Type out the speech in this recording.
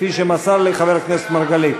כפי שמסר לי חבר הכנסת מרגלית.